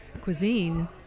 cuisine